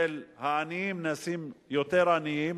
שהעניים נעשים יותר עניים,